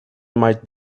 might